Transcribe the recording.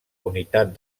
unitat